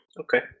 okay